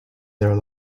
their